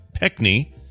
Peckney